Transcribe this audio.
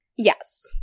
Yes